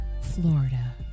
Florida